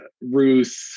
Ruth